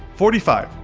forty five.